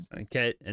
okay